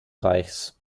reichs